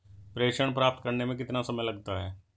प्रेषण प्राप्त करने में कितना समय लगता है?